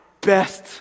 best